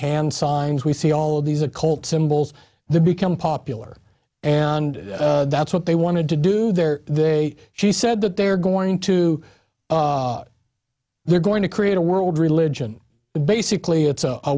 hand signs we see all these occult symbols the become popular and that's what they wanted to do there they she said that they're going to they're going to create a world religion basically it's